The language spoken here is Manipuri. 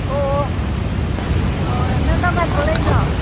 ꯑꯣ ꯑꯣ ꯑꯣ ꯅꯪ ꯀꯔꯝ ꯀꯥꯟꯗ ꯊꯣꯛꯂꯛꯏꯅꯣ